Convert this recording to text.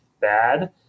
bad